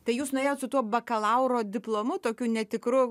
tai jūs nuėjot su tuo bakalauro diplomu tokiu netikru